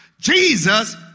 Jesus